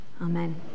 Amen